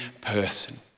person